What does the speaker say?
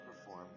perform